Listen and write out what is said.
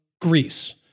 Greece